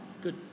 Good